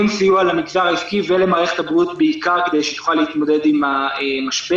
בסיוע למגזר העסקי ולמערכת הבריאות בעיקר כדי שתוכל להתמודד עם המשבר.